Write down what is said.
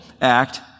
act